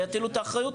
ויטילו את האחריות,